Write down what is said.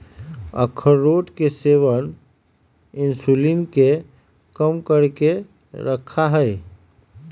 अखरोट के सेवन इंसुलिन के कम करके रखा हई